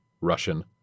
Russian